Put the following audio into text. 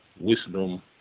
Wisdom